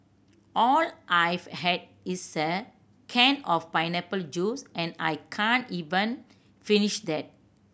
all I've had is a can of pineapple juice and I can't even finish that